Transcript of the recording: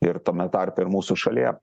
ir tame tarpe ir mūsų šalyje